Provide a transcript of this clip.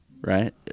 right